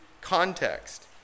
context